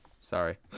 Sorry